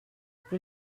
rue